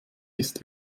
ist